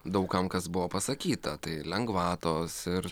daug kam kas buvo pasakyta tai lengvatos ir